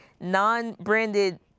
non-branded